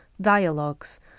dialogues